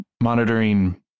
monitoring